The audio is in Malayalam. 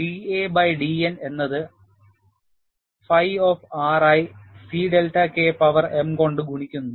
da by dN എന്നത് R ന്റെ phi ആയി C delta K power m കൊണ്ട് ഗുണിക്കുന്നു